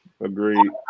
agreed